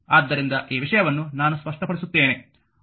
ಆದ್ದರಿಂದ ಈ ವಿಷಯವನ್ನು ನಾನು ಸ್ಪಷ್ಟಪಡಿಸುತ್ತೇನೆ